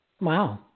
Wow